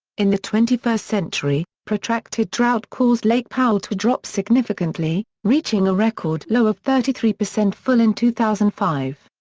in the twenty first century, protracted drought caused lake powell to drop significantly, reaching a record low of thirty three percent full in two thousand and five.